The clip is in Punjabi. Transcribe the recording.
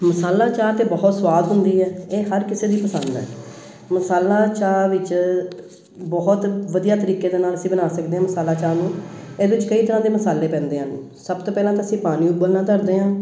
ਮਸਾਲਾ ਚਾਹ ਤਾਂ ਬਹੁਤ ਸਵਾਦ ਹੁੰਦੀ ਹੈ ਇਹ ਹਰ ਕਿਸੇ ਦੀ ਪਸੰਦ ਹੈ ਮਸਾਲਾ ਚਾਹ ਵਿੱਚ ਬਹੁਤ ਵਧੀਆ ਤਰੀਕੇ ਦੇ ਨਾਲ ਅਸੀਂ ਬਣਾ ਸਕਦੇ ਹਾਂ ਮਸਾਲਾ ਚਾਹ ਨੂੰ ਇਹਦੇ 'ਚ ਕਈ ਤਰ੍ਹਾਂ ਦੇ ਮਸਾਲੇ ਪੈਂਦੇ ਹਨ ਸਭ ਤੋਂ ਪਹਿਲਾਂ ਤਾਂ ਅਸੀਂ ਪਾਣੀ ਉਬਲਣਾ ਧਰਦੇ ਹਾਂ